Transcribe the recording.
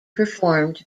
performed